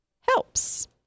helps